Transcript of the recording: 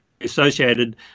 associated